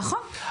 נכון.